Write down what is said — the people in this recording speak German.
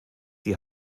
die